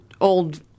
old